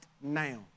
now